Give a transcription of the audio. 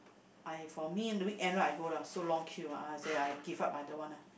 I for me the weekend right I go lah so long queue ah I say I give up I don't want lah